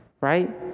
Right